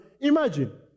imagine